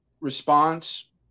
response